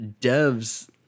devs